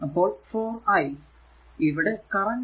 അപ്പോൾ 4 i